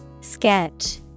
Sketch